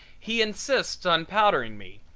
he insists on powdering me,